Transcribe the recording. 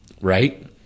Right